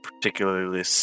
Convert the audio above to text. particularly